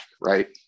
right